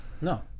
No